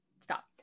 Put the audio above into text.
stop